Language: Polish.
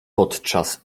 podczas